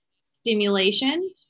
stimulation